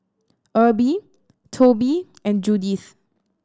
Erby Tobie and Judyth